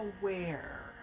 aware